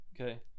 Okay